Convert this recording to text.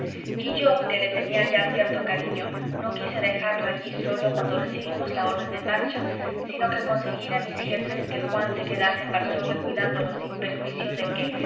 y yo que le tenía ya cierto cariño no quise dejarlo allí solo cuando recibimos la orden de marcha sino que conseguí de mis jefes que juan se quedase en varsovia cuidándolo sin perjuicio de que